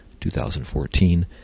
2014